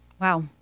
Wow